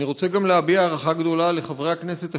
אני רוצה גם להביע הערכה גדולה לחברי הכנסת השונים,